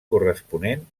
corresponent